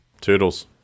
Toodles